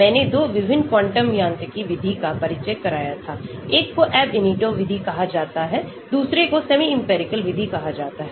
मैंने 2 विभिन्न क्वांटम यांत्रिकी विधि का परिचय कराया था एक को Ab initio विधि कहा जाता है दूसरे को सेमीइंपिरिकल विधि कहा जाता है